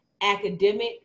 academic